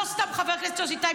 לא סתם חבר הכנסת יוסף טייב,